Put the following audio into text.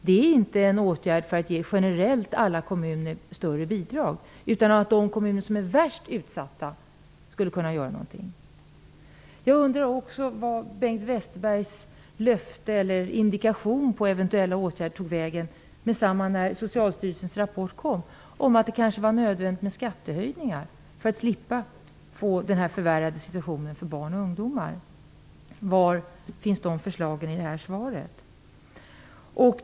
Det är inte en åtgärd för att generellt ge alla kommuner högre bidrag, utan det är de kommuner som är värst utsatta som skall kunna göra något. Jag undrar vad Bengt Westerbergs löfte eller indikation om eventuella åtgärder tog vägen när Socialstyrelsens rapport kom där det framgick att det kanske är nödvändigt med skattehöjningar för att slippa få denna förvärrade situation för barn och ungdomar. Var finns de förslagen i svaret?